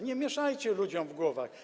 Nie mieszajcie ludziom w głowach.